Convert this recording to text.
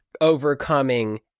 overcoming